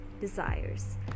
desires